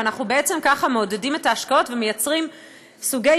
ובעצם ככה אנחנו מעודדים את ההשקעות ומייצרים סוגי